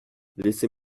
laissez